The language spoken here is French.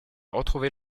trouvé